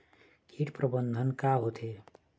कीट प्रबंधन का होथे?